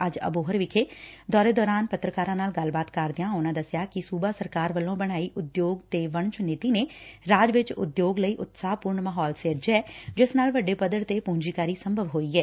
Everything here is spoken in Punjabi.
ਅੱਜ ਅਬੋਹਰ ਦੌਰੇ ਦੌਰਾਨ ਪੱਤਰਕਾਰਾਂ ਨਾਲ ਗੱਲਬਾਤ ਕਰਦਿਆਂ ਉਨੂਾਂ ਦਸਿਆ ਕਿ ਸੁਬਾ ਸਰਕਾਰ ਵੱਲੋਂ ਬਣਾਈ ਉਦਯੋਗ ਤੇ ਵਣਜ ਨੀਤੀ' ਨੇ ਰਾਜ ਵਿਚ ਉਦਯੋਗ ਲਈ ਉਤਸ਼ਾਹਪੁਰਨ ਮਾਹੋਲ ਸਿਰਜਿਐ ਜਿਸ ਨਾਲ ਵੱਡੇ ਪੱਧਰ 'ਤੇ ਪੁੰਜੀਕਾਰੀ ਸੰਭਵ ਹੋਈ ਐ